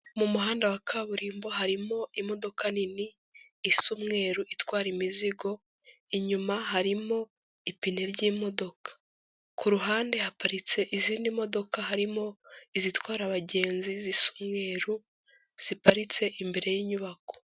Mu muhanda wa kaburimbo, harimo imodoka nini, isa umweru, itwara imizigo, inyuma harimo ipine ry'imodoka, ku ruhande haparitse izindi modoka harimo izitwara abagenzi zisa umweru ziparitse imbere y'inyubako.